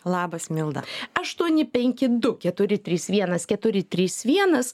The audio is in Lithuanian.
labas milda aštuoni penki du keturi trys vienas keturi trys vienas